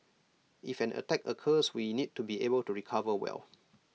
if an attack occurs we need to be able to recover well